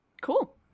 Cool